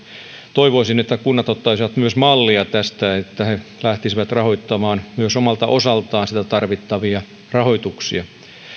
toivoisin että kunnat ottaisivat myös mallia tästä että ne lähtisivät rahoittamaan myös omalta osaltaan niitä tarvittavia menoja